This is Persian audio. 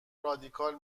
رادیکال